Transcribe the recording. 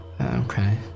Okay